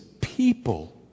People